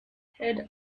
had